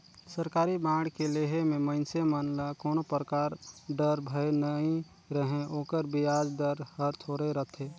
सरकारी बांड के लेहे मे मइनसे मन ल कोनो परकार डर, भय नइ रहें ओकर बियाज दर हर थोरहे रथे